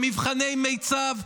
במבחני מיצ"ב,